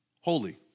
holy